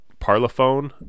Parlophone